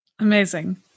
Amazing